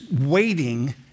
waiting